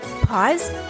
Pause